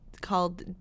called